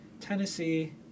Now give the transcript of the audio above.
tennessee